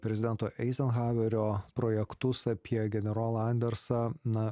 prezidento eizenhauerio projektus apie generolą andersą na